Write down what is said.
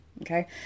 Okay